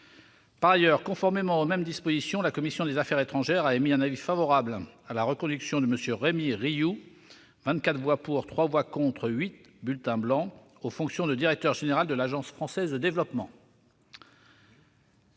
Par ailleurs, conformément aux mêmes dispositions, la commission des affaires étrangères a émis un avis favorable à la reconduction de M. Rémy Rioux- 24 voix pour, 3 voix contre, 8 bulletins blancs -aux fonctions de directeur général de l'Agence française de développement.